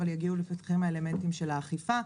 אבל יגיעו לפתחכם האלמנטים של האכיפה.